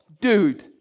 dude